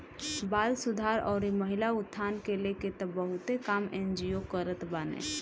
बाल सुधार अउरी महिला उत्थान के लेके तअ बहुते काम एन.जी.ओ करत बाने